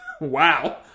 Wow